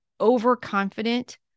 overconfident